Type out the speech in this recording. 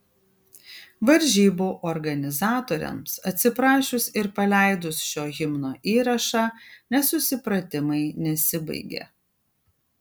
varžybų organizatoriams atsiprašius ir paleidus šio himno įrašą nesusipratimai nesibaigė